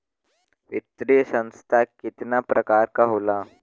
वित्तीय संस्था कितना प्रकार क होला?